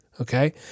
okay